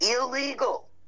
illegal